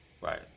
Right